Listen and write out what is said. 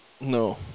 No